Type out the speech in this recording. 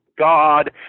god